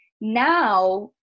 now